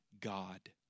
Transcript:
God